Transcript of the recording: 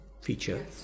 feature